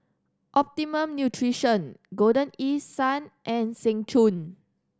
Optimum Nutrition Golden East Sun and Seng Choon